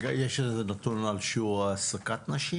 יש איזה נתון על שיעור העסקת נשים